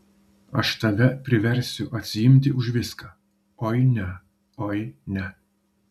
aš tave priversiu atsiimti už viską oi ne oi ne